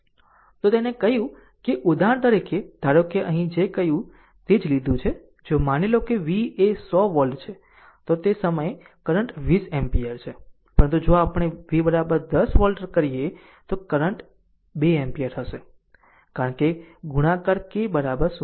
તો તેને કહ્યું કે ઉદાહરણ તરીકે ધારો કે અહીં જે કહ્યું તે જ લીધું છે જો માની લો કે v એ 100 વોલ્ટ છે તો તે સમયે કરંટ 20 એમ્પીયર છે પરંતુ જો આપણે v 10 વોલ્ટ કરીએ તો કરંટ 2 એમ્પીયર હશે કારણ કે ગુણાકાર k 0